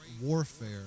warfare